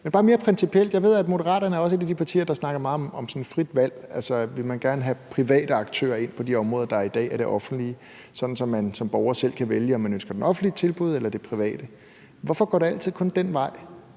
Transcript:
jeg bare spørge om en ting, for jeg ved, at Moderaterne også er et af de partier, der snakker meget om frit valg, altså i forhold til at man gerne vil have private aktører ind på de områder, der i dag er en del af det offentlige, sådan at man som borger selv kan vælge, om man ønsker det offentlige tilbud eller det private tilbud. Hvorfor går det altid kun den vej?